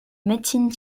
médecine